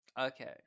Okay